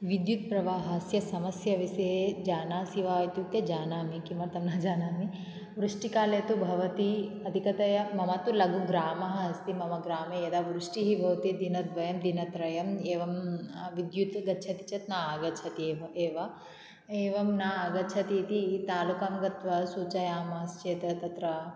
विद्युत्प्रवाहस्य समस्यविषये जानासि वा इत्युक्ते जानामि किमर्थं न जानामि वृष्टिकाले तु भवति अधिकतया मम तु लघुग्रामः अस्ति मम ग्रामे यदा वृष्टिः भवति दिनद्वयं दिनत्रयं एवं विद्युत् गच्छति चेत् नागच्छति एव एव एवं नागच्छति इति तालुकां गत्वा सूचयामश्चेत् तत्र